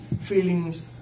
feelings